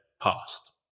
past